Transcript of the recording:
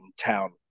town